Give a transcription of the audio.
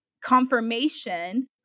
confirmation